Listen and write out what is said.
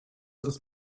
ist